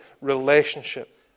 relationship